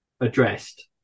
addressed